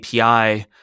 API